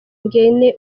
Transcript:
ingene